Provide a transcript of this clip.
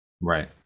Right